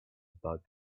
about